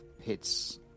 hits